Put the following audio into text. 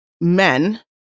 men